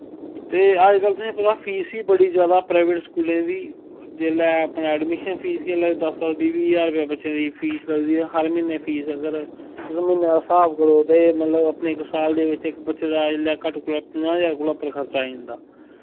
ते अजकल तुलें पता फीस बी बड़ी जादा प्राईवेट स्कूलें दी जेल्लै अपनै अडमिशन फीस गै इसलै दस दस बीह् बीह् हज़ार रपेआ बच्चे दी फीस लगदी ऐ गर म्हीनै फीस अगर तुस म्हीने दा हिसाब करो ते मतलव अपने इक साल दे बिच्च बच्चे दा घट्ट इसलै कोला पंजा हज़ार कोला उप्पर खर्चा आई जंदा